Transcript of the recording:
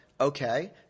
okay